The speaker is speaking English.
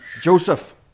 Joseph